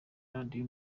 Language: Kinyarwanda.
radio